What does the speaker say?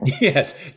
Yes